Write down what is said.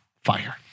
fire